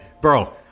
bro